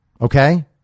Okay